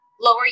Lower